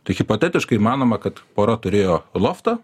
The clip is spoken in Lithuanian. tai hipotetiškai manoma kad pora turėjo loftą